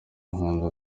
muhanzi